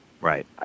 Right